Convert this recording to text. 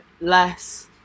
less